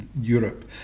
Europe